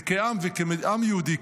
וכעם יהודי,